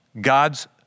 God's